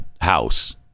house